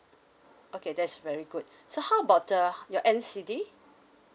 okay that's very good so how about the your N_C_D